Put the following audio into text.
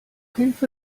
hilfe